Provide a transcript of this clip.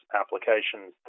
applications